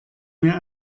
mir